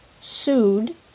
sued